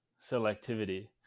selectivity